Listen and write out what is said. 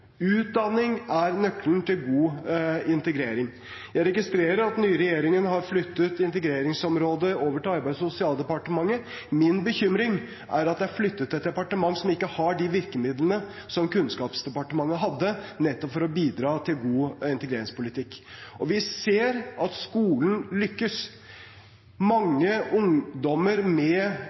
utdanning er nøkkelen til god integrering. Jeg registrerer at den nye regjeringen har flyttet integreringsområdet over til Arbeids- og sosialdepartementet. Min bekymring er at det er flyttet til et departement som ikke har de virkemidlene som Kunnskapsdepartementet hadde nettopp for å bidra til god integreringspolitikk. Vi ser at skolen lykkes. Mange ungdommer med